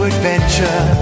adventure